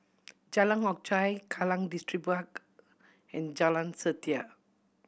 Jalan Hock Chye Kallang Distripark and Jalan Setia